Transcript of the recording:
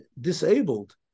disabled